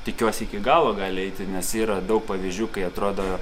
tikiuosi iki galo gali eiti nes yra daug pavyzdžių kai atrodo